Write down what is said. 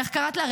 איך קראת לה,